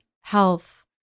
health